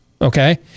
okay